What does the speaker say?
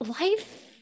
life